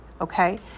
Okay